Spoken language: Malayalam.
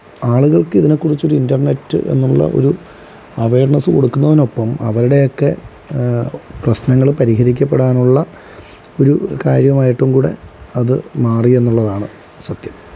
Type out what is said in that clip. ആളുകള്ക്കിതിനെ കുറിച്ചൊരു ഇന്റര്നെറ്റ് എന്നുള്ള ഒരു അവയര്നസ്സ് കൊടുക്കുന്നതിനൊപ്പം അവരുടെയൊക്കെ പ്രശ്നങ്ങള് പരിഹരിക്കപ്പെടാനുള്ള ഒരു കാര്യമായിട്ടും കൂടെ അത് മാറിയെന്നുള്ളതാണ് സത്യം